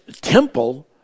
temple